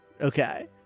Okay